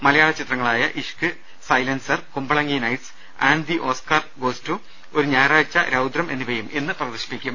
മലയാള ചിത്രങ്ങളായ Ishq silencer Kumbalangi nights and the Oscar goes to ഒരു ഞായറാഴ്ച്ച രൌദ്രം എന്നിവയും ഇന്ന് പ്രദർശിപ്പിക്കും